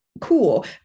Cool